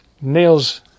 nails